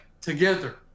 together